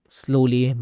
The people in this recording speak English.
slowly